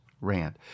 rant